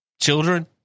children